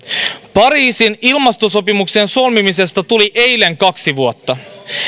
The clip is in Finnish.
pariisin ilmastosopimuksen solmimisesta tuli eilen kuluneeksi kaksi vuotta